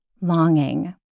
longing